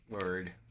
word